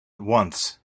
once